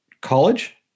college